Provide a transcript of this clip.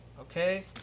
okay